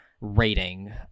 rating